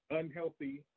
unhealthy